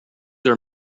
are